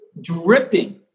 dripping